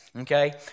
Okay